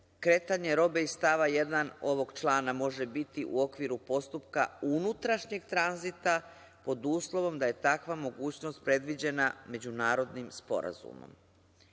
kretanje robe iz stava 1. ovog člana može biti u okviru postupka unutrašnjeg tranzita pod uslovom da je takva mogućnost predviđena međunarodnim sporazumom.